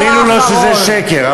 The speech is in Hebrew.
אני אומר שזה שקר.